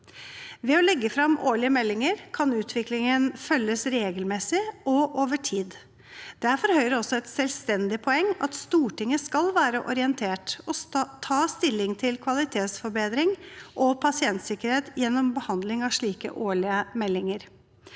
Ved å legge frem årlige meldinger kan utviklingen følges regelmessig og over tid. Det er for Høyre også et selvstendig poeng at Stortinget skal være orientert og ta stilling til kvalitetsforbedring og pasientsikkerhet gjennom behandling av slike årlige meldinger.